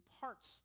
parts